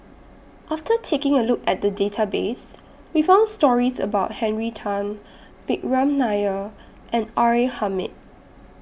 after taking A Look At The Database We found stories about Henry Tan Vikram Nair and R A Hamid